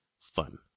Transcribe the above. fun